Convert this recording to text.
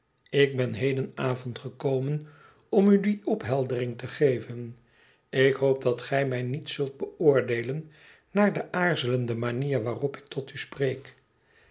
ik ben heden avond gekomen om u die opheldering te geven ik hoop dat gij mij niet zult beoordeelen naar de aarzelende manier waarop ik tot u spreek